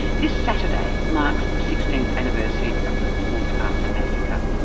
this saturday marks the sixteenth anniversary of the port arthur massacre.